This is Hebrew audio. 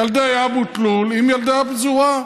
ילדי אבו תלול עם ילדי הפזורה.